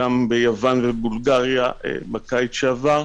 גם בייוון ובולגריה בקיץ שעבר,